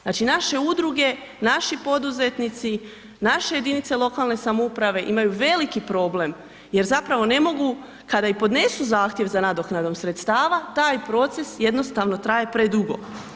Znači, naše udruge, naši poduzetnici, naše jedinice lokalne samouprave imaju veliki problem jer zapravo ne mogu, kada i podnesu zahtjev za nadoknadom sredstava, taj proces jednostavno traje predugo.